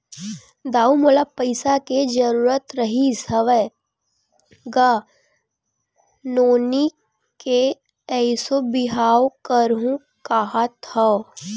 दाऊ मोला पइसा के जरुरत रिहिस हवय गा, नोनी के एसो बिहाव करहूँ काँहत हँव